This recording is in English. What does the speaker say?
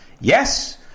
Yes